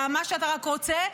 מה שאתה רק רוצה,